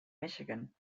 michigan